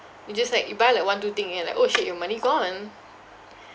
you just like you buy like one two thing only like oh shit your money gone